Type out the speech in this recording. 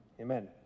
amen